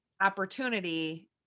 opportunity